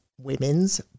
Women's